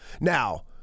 Now